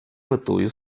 метою